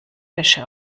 wäsche